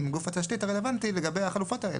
גוף התשתית הרלוונטי לגבי החלופות האלה?